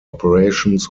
operations